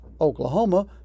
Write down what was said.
Oklahoma